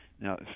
Now